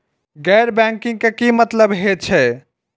गैर बैंकिंग के की मतलब हे छे?